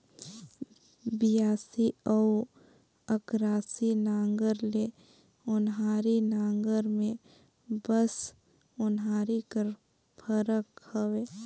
बियासी अउ अकरासी नांगर ले ओन्हारी नागर मे बस ओन्हारी कर फरक हवे